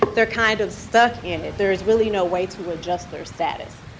they're kind of stuck in it. there is really no way to adjust their status.